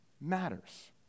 matters